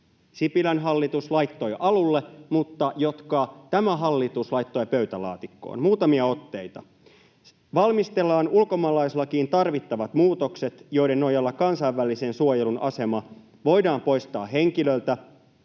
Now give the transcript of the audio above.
Sipilän hallitus, laittoi alulle mutta jotka tämä hallitus laittoi pöytälaatikkoon. Muutamia otteita: 1) ”Valmistellaan ulkomaalaislakiin tarvittavat muutokset, joiden nojalla kansainvälisen suojelun asema voidaan poistaa henkilöltä,